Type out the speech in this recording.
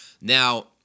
Now